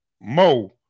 Mo